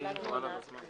אז לאן זה מביא אותנו?